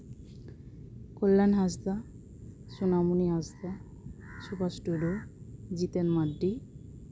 ᱠᱚᱞᱞᱟᱭᱟᱱ ᱦᱟᱸᱥᱫᱟ ᱥᱚᱱᱟᱢᱚᱱᱤ ᱦᱟᱸᱥᱫᱟ ᱥᱩᱵᱷᱟᱥ ᱴᱩᱰᱩ ᱡᱤᱛᱮᱱ ᱢᱟᱱᱰᱤ